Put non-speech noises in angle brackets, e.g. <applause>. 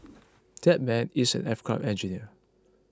<noise> that man is an aircraft engineer